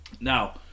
Now